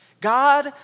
God